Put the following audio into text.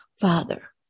Father